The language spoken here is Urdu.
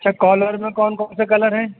اچھا کالر میں کون کون سے کلر ہیں